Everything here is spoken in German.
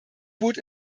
boot